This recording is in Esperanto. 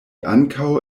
ankaŭ